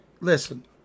listen